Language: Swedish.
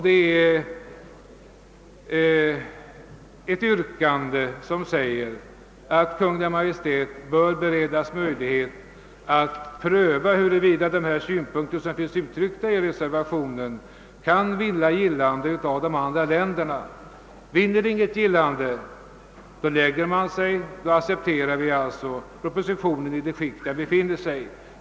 Vi reservanter yrkar att Kungl. Maj:t skall beredas möjlighet att pröva huruvida de synpunkter som finns uttryckta i reservationen kan vinna gillande i de andra länderna. Blir inte detta fallet, ger vi oss och accepterar propositionen i det skick vari den befinner sig.